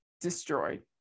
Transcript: destroyed